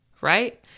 right